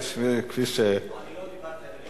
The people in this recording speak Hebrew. כפי --- לא דיברתי.